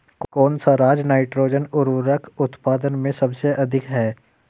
कौन सा राज नाइट्रोजन उर्वरक उत्पादन में सबसे अधिक है?